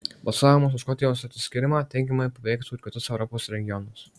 balsavimas už škotijos atsiskyrimą teigiamai paveiktų ir kitus europos regionus